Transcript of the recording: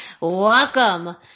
welcome